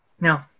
No